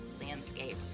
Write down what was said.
landscape